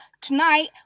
tonight